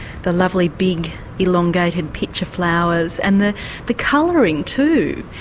the lovely big elongated pitcher flowers and the the colouring, too,